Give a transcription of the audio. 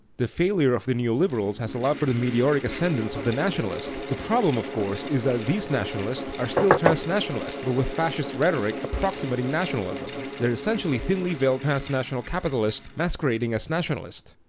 the failure of the neoliberals has allowed for the meteoric ascendance of the nationalists. the problem, of course, is that these nationalists are still transnationalists but with fascist rhetoric approximating nationalism. they're essentially thinly veiled transnational capitalists masquerading as nationalists.